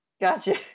Gotcha